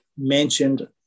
mentioned